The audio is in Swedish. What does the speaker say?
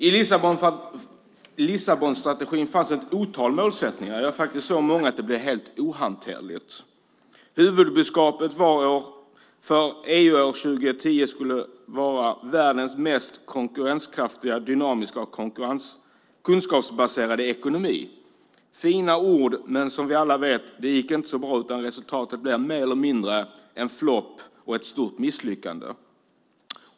I Lissabonstrategin fanns ett otal målsättningar - faktiskt så många att det blev helt ohanterligt. Huvudbudskapet var att EU år 2010 skulle vara världens mest konkurrenskraftiga, dynamiska och kunskapsbaserade ekonomi. Det är fina ord, men som vi alla vet gick det inte så bra. Resultatet blev mer eller mindre en flopp och ett stort misslyckande.